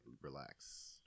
relax